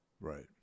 Right